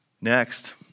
Next